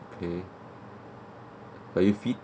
okay are you fit